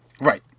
Right